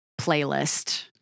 playlist